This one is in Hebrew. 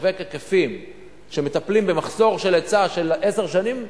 לשווק היקפים שמטפלים במחסור של היצע של עשר שנים אחורנית,